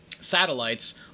satellites